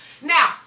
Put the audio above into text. Now